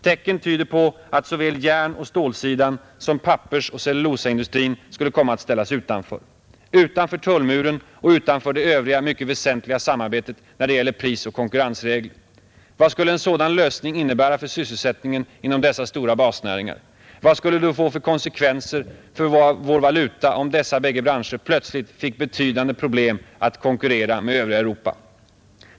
Tecken tyder på att såväl järnoch stålsidan som pappersoch cellulosaindustrin skulle komma att ställas utanför — utanför tullmuren och utanför det övriga mycket väsentliga samarbetet när det gäller prisoch konkurrensregler. Vad skulle en sådan lösning innebära för sysselsättningen inom dessa stora basnäringar? Vad skulle det få för konsekvenser för vår valuta om dessa bägge branscher plötsligt fick betydande problem att konkurrera med övriga Europa?